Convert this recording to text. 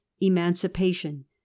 emancipation